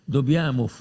Dobbiamo